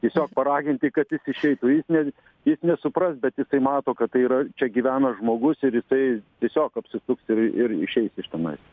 tiesiog paraginti kad jis išeitų jis ne jis nesupras bet jisai mato kad tai yra čia gyvena žmogus ir jisai tiesiog apsisuks ir ir išeis iš tenais